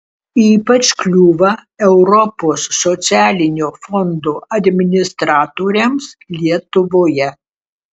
ypač kliūva europos socialinio fondo administratoriams lietuvoje